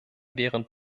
während